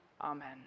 Amen